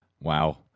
wow